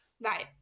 right